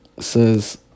says